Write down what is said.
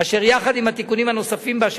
אשר יחד עם התיקונים הנוספים בה,